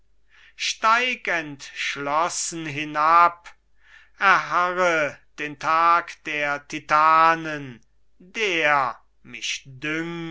steig entschlossen hinab erharre den tag der titanen der mich dünkt